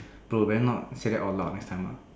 bro better not say that out loud next time ah